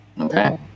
Okay